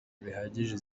bihagije